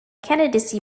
candidacy